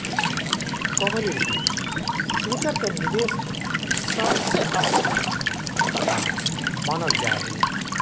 commodity future के निवेश के सबसे अहम प्रकार मानल जाहई